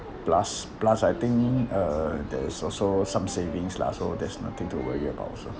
plus plus I think uh there is also some savings lah so there's nothing to worry about also